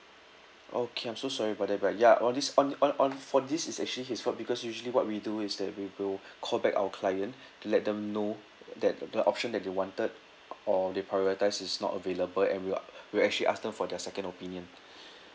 okay I'm so sorry about that but ya all this on on on for this it's actually his fault because usually what we do is that we will call back our client to let them know that the option that they wanted or they prioritise is not available and we we will actually ask them for their second opinion